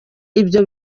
ibyo